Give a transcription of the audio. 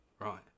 right